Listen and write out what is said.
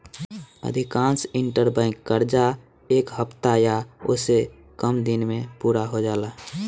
अधिकांश इंटरबैंक कर्जा एक हफ्ता या ओसे से कम दिन में पूरा हो जाला